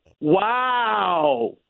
Wow